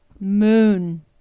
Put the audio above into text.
moon